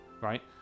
right